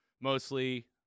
mostly